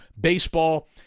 baseball